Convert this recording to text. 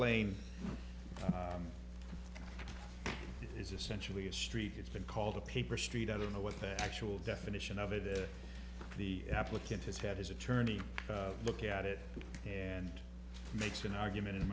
lane is essentially a street it's been called a paper street i don't know what the actual definition of it is the applicant has had his attorney look at it and makes an argument